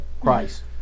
Christ